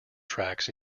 tracks